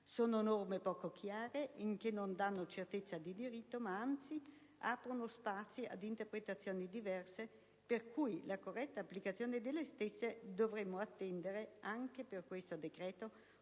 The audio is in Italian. sono norme poco chiare che non danno certezza di diritto ma anzi aprono spazi ad interpretazioni diverse per cui, per la corretta applicazione delle stesse, dovremo attendere, anche per questo decreto